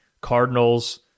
Cardinals